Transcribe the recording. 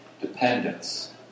dependence